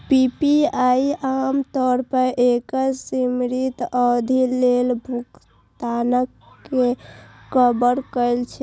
PPI आम तौर पर एक सीमित अवधि लेल भुगतान कें कवर करै छै